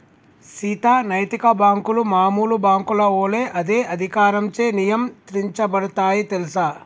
సీత నైతిక బాంకులు మామూలు బాంకుల ఒలే అదే అధికారంచే నియంత్రించబడుతాయి తెల్సా